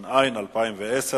התש"ע 2010,